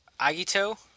Agito